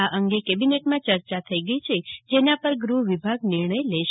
આ અંગે કેબિનેટમાં ચર્ચા થઈ ગઈ છે જેના પર ગ્રહવીભાગ નિર્ણય લેશે